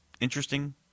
interesting